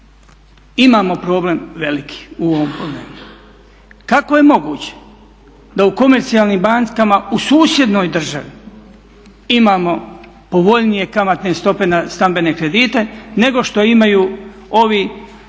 imamo problem veliki u ovom … Kako je moguće u komercijalnim bankama u susjednoj državi imamo povoljnije kamatne stope na stambene kredite nego što imaju ovi